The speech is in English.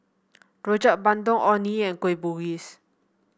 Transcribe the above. Rojak Bandung Orh Nee and Kueh Bugis